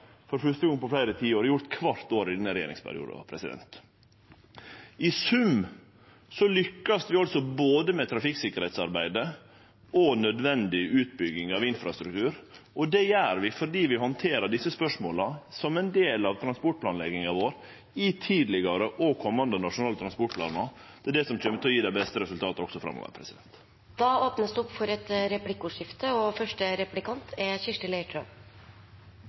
for fyrste gong på fleire tiår – det er gjort kvart år i denne regjeringsperioden. I sum lukkast vi med både trafikksikkerheitsarbeidet og nødvendig utbygging av infrastruktur. Det gjer vi fordi vi har handtert og handterer desse spørsmåla som ein del av transportplanlegginga vår i tidlegare og i komande transportplanar – det er det som kjem til å gje dei beste resultata også framover. Det blir replikkordskifte. Nå er arbeidet med og